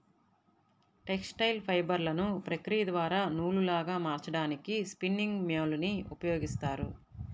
textile ఫైబర్లను ప్రక్రియ ద్వారా నూలులాగా మార్చడానికి స్పిన్నింగ్ మ్యూల్ ని ఉపయోగిస్తారు